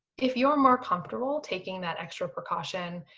if you are more comfortable taking that extra precaution,